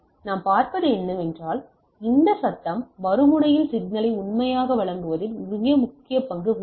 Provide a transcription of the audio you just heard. நாம் பார்ப்பது என்னவென்றால் இந்த சத்தம் மறுமுனையில் சிக்னலை உண்மையாக வழங்குவதில் முக்கிய பங்கு வகிக்கிறது